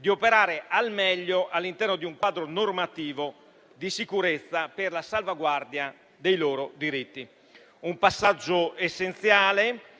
per operare al meglio all'interno di un quadro normativo di sicurezza per la salvaguardia dei loro diritti. È un passaggio essenziale,